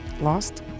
Lost